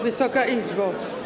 Wysoka Izbo!